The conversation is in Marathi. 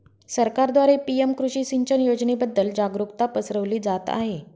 सरकारद्वारे पी.एम कृषी सिंचन योजनेबद्दल जागरुकता पसरवली जात आहे